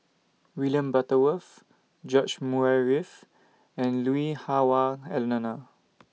William Butterworth George Murray Reith and Lui Hah Wah Elena